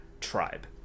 tribe